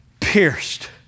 pierced